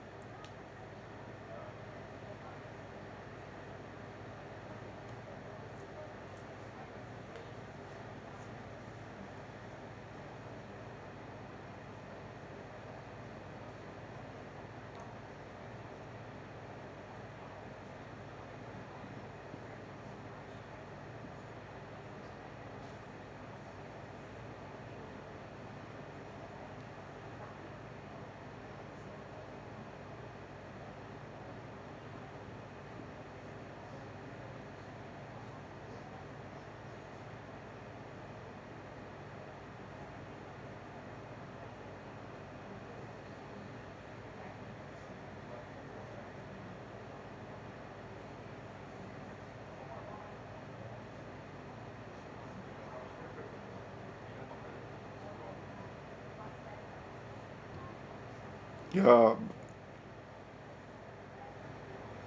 ya